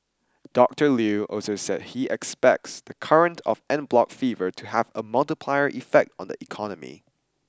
Doctor Lew also said he expects the current of en bloc fever to have a multiplier effect on the economy